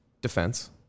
defense